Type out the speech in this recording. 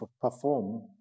perform